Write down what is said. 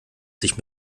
sich